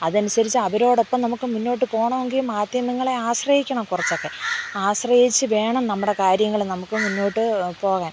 അതനുസരിച്ചു അവരോടൊപ്പം നമുക്ക് മുന്നോട്ട് പോകണമെങ്കിൽ മാധ്യമങ്ങളെ ആശ്രയിക്കണം കുറച്ചൊക്കെ ആശ്രയിച്ചു വേണം നമ്മുടെ കാര്യങ്ങൾ നമുക്ക് മുന്നോട്ട് പോകാൻ